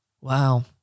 Wow